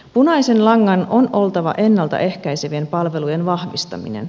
punaisen langan on oltava ennalta ehkäise vien palvelujen vahvistaminen